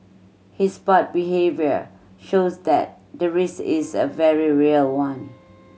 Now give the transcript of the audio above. his past behaviour shows that the risk is a very real one